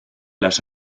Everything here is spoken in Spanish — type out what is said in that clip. las